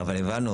לא יאומן.